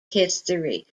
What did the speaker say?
history